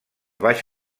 baix